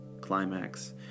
climax